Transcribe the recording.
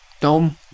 Dom